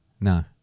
No